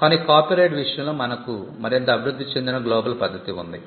కానీ కాపీరైట్ విషయంలో మనకు మరింత అభివృద్ధి చెందిన గ్లోబల్ పద్ధతి ఉంది